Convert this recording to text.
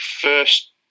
first